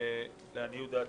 לעניות דעתי,